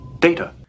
Data